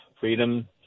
freedom –